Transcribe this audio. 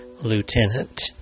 lieutenant